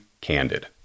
candid